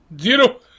zero